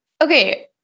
Okay